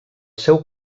seu